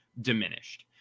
diminished